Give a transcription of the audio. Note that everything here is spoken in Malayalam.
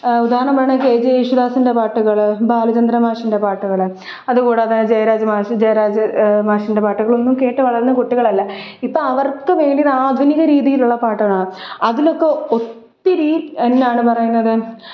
ഉദാഹരണം പറയാണെങ്കില് കെ ജെ യേശുദാസിന്റെ പാട്ടുകള് ബാലചന്ദ്രൻ മാഷിന്റെ പാട്ടുകള് അത് കൂടാതെ ജയരാജ് മാഷ് ജയരാജ് മാഷിന്റെ പാട്ടുകളൊന്നും കേട്ടു വളര്ന്ന കുട്ടികളല്ല ഇപ്പോള് അവര്ക്ക് വേണ്ടി ആധുനിക രീതിയിലുള്ള പാട്ടാണ് അതിലൊക്കെ ഒത്തിരീ എന്നാണ് പറയുന്നത്